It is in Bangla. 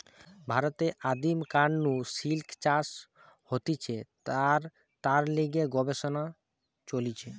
ভারতে আদিম কাল নু সিল্ক চাষ হতিছে আর তার লিগে গবেষণা চলিছে